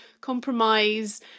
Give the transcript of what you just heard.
compromise